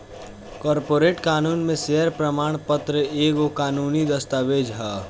corporate कानून में share प्रमाण पत्र एगो कानूनी दस्तावेज हअ